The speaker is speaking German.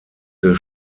des